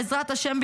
בעזרת השם,